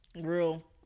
Real